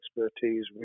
expertise